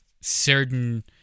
certain